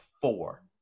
four